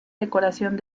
decoración